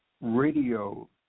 radio